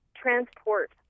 transport